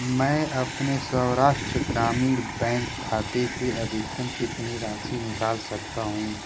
मैं अपने सौराष्ट्र ग्रामीण बैंक खाते से अधिकतम कितनी राशि निकाल सकता हूँ